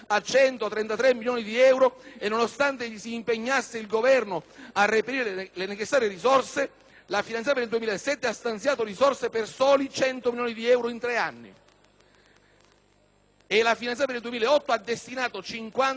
la finanziaria per il 2007 ha stanziato risorse per soli 100 milioni di euro in 3 anni e la finanziaria per il 2008 ha destinato 50 milioni aggiuntivi, a valere sul fondo per l'edilizia residenziale pubblica.